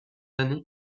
années